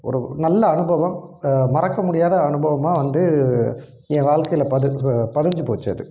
ஒரு நல்ல அனுபவம் மறக்க முடியாத அனுபவமாக வந்து என் வாழ்க்கையில் பதி பதிஞ்சுப் போச்சு அது